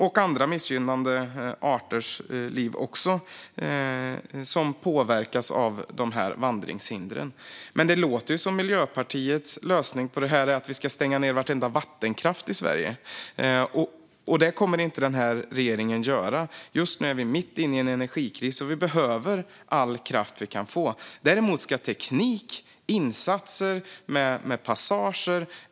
Även andra missgynnade arters liv påverkas av vandringshindren. Det låter som om Miljöpartiets lösning på det här är att vi ska stänga ned vartenda vattenkraftverk i Sverige. Det kommer den här regeringen inte att göra. Just nu är vi mitt inne i en energikris, och vi behöver all kraft vi kan få. Däremot ska vi utnyttja teknik och insatser med passager.